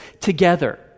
together